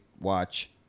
watch